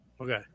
Okay